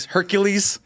Hercules